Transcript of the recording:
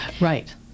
right